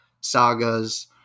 sagas